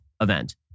event